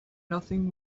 nothing